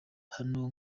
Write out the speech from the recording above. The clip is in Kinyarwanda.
hano